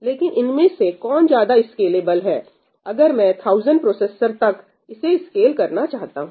लेकिन इनमें से कौन ज्यादा स्केलेबल है अगर मैं 1000 प्रोसेसर्स तक इसे स्केल करना चाहता हूं